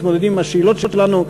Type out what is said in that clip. מתמודדים עם השאלות שלנו,